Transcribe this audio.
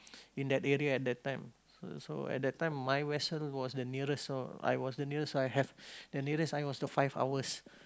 in that area at that time so so at that time my vessel was the nearest uh I was the nearest so I have the nearest I was to five hours